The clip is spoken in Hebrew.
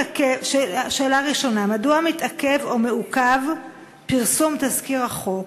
שאלה ראשונה: מדוע מתעכב או מעוכב פרסום תזכיר החוק?